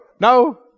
no